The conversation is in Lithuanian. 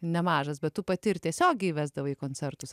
nemažas bet tu pati ir tiesiogiai vesdavai koncertus